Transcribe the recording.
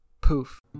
Poof